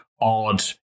odd